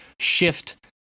shift